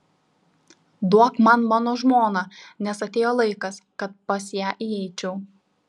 duok man mano žmoną nes atėjo laikas kad pas ją įeičiau